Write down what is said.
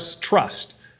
trust